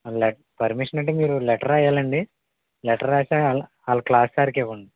లేదు పర్మిషన్ అంటే మీరు లెటర్ రాయాలండి లెటర్ రాసి వాళ్ళ వాళ్ళ క్లాస్ సార్కి ఇవ్వండి